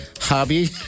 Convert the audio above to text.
hobby